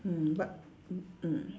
mm but mm mm